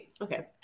Okay